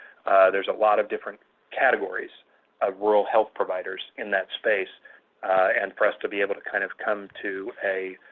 there is a lot of different categories of rural health providers in that space and for us to be able to kind of come to a